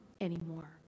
anymore